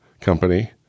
company